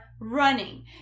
running